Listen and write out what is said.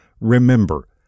remember